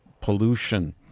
pollution